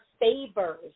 favors